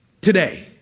today